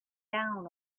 down